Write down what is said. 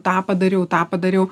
tą padariau tą padariau